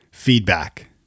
feedback